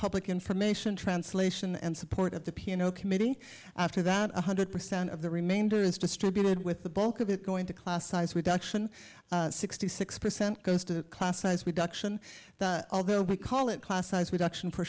public information translation and support of the piano committee after that one hundred percent of the remainder is distributed with the bulk of it going to class size reduction sixty six percent goes to class size reduction although we call it class size reduction for